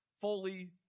fully